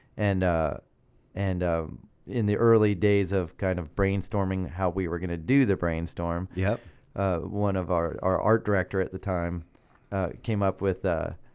and ah and in the early days of kind of brainstorming, how we were gonna do the brainstorm, yeah one of our. our art director at the time came up with. ah